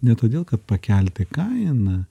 ne todėl kad pakelti kainą